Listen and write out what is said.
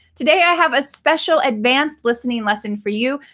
today i have a special advanced listening lesson for you.